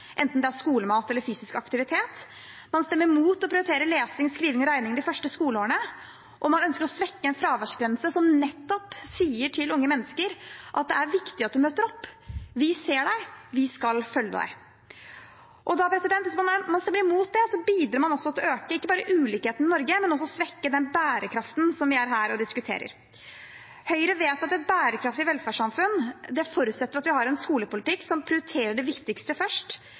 enten det er skolemat eller fysisk aktivitet. Man stemmer imot å prioritere lesing, skriving og regning de første skoleårene, og man ønsker å svekke en fraværsgrense som nettopp sier til unge mennesker at det er viktig at de møter opp: Vi ser deg, vi skal følge deg. Hvis man stemmer imot det, bidrar man til ikke bare å øke ulikhetene i Norge, men også til å svekke den bærekraften vi diskuterer her. Høyre vet at et bærekraftig velferdssamfunn forutsetter at vi har en skolepolitikk som prioriterer det viktigste først.